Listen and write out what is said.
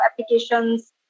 applications